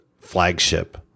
flagship